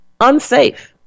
unsafe